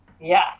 Yes